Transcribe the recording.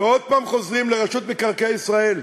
ועוד הפעם חוזרים לרשות מקרקעי ישראל.